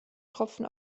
tropfen